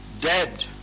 dead